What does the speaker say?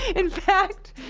in fact.